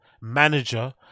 manager